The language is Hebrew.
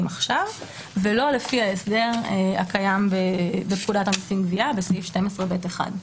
עכשיו ולא לפי ההסדר הקיים בפקודת המסים (גבייה) בסעיף 12ב(1).